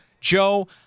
Joe